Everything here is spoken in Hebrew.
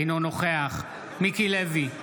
אינו נוכח מיקי לוי,